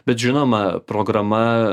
bet žinoma programa